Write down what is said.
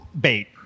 bait